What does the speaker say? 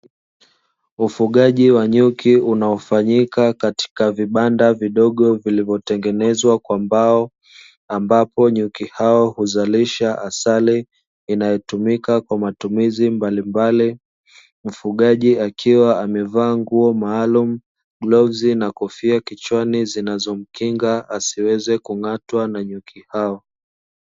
Ufugaji wa nyuki unaofanyika katika vibanda vidogo vilivyotengenezwa kwa mbao, ambapo nyuki hao huzalisha asali inayotumika kwa matumizi mbalimbali. Mfugaji akiwa amevaa nguo maalumu, glavu na kofia kichwani zinazomkinga asiweze kung'atwa na nyuki hao.